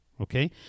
okay